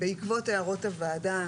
בעקבות הערות הוועדה,